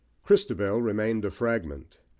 christabel remained a fragment.